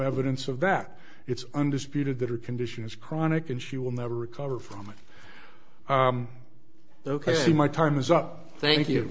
evidence of that it's undisputed that her condition is chronic and she will never recover from it ok see my time is up thank you